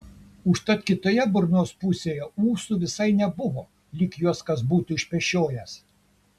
užtat kitoje burnos pusėje ūsų visai nebuvo lyg juos kas būtų išpešiojęs